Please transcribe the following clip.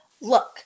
look